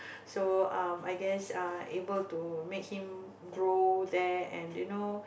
so um I guess uh able to make him grow there and you know